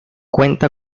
cuenta